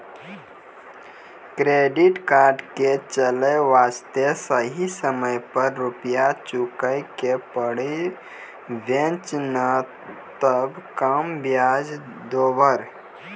Credit card के चले वास्ते सही समय पर रुपिया चुके के पड़ी बेंच ने ताब कम ब्याज जोरब?